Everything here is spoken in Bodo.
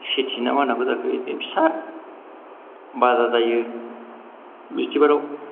सिथि ना मा होननांगौ जाखो बिदिनो फिसा बाजार जायो बिसतिबाराव